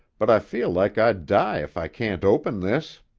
but i feel like i'd die if i can't open this!